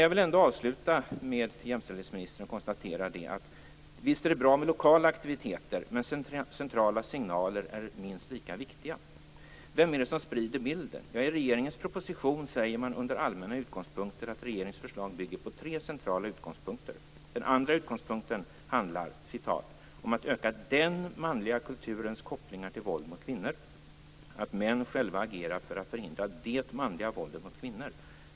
Jag vill avsluta med att konstatera att visst är det bra med lokala aktiviteter, men centrala signaler är minst lika viktiga. Vem är det som sprider bilden? Ja, i regeringens proposition säger man under rubriken Allmänna utgångspunkter att regeringens förslag bygger på tre centrala utgångspunkter. Den andra utgångspunkten handlar om "att öka den manliga kulturens kopplingar till våld mot kvinnor, att män själva agerar för att förhindra det manliga våldet mot kvinnor".